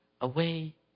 away